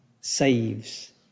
saves